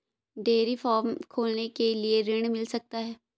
Dairy farm खोलने के लिए ऋण मिल सकता है?